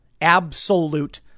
Absolute